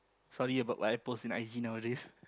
sorry about what I post in i_g nowadays